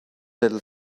little